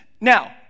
now